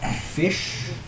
fish